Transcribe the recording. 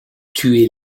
tuer